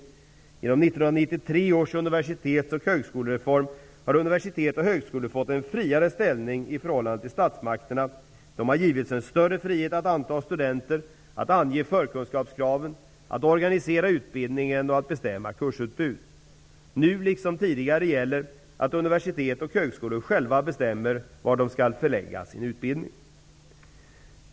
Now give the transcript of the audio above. Genom 1993 års universitets och högskolereform har universitet och högskolor fått en friare ställning i förhållande till statsmakterna. De har givetvis en större frihet att anta studenter och ange förkunskapskraven, att organisera utbildningen och att betämma kursutbud. Nu liksom tidigare gäller att universitet och högskolor själva bestämmer vad de skall förlägga sin utbildning.